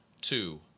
two